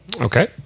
Okay